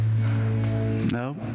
no